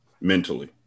mentally